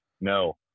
No